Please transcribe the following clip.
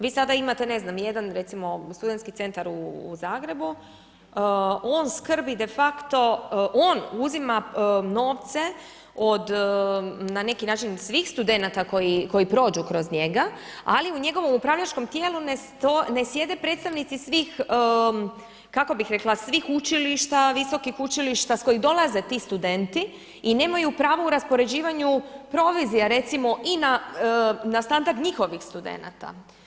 Vi sada imate ne znam jedan recimo studentski centar u Zagrebu, on skrbi de facto, on uzima novce od na neki način svih studenata koji prođu kroz njega ali u njegovom upravljačkom tijelu ne sjede predstavnici svih, kako bih rekla svih učilišta, visokih učilišta s kojih dolaze ti studenti i nemaju pravo u raspoređivanju provizija, recimo i na standard njihovih studenata.